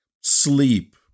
sleep